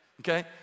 okay